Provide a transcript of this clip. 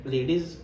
Ladies